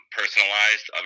personalized